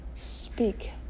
speak